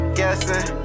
guessing